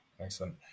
Excellent